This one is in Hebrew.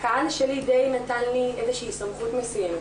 הקהל שלי די נתן לי איזושהי סמכות מסוימת,